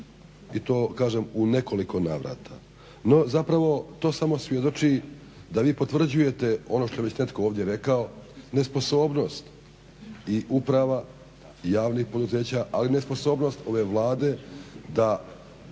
i to kažem u nekoliko navrata. No, zapravo to samo svjedoči da vi potvrđujete ono što je već netko ovdje rekao nesposobnost i uprava javnih poduzeća, ali i nesposobnost ove Vlade da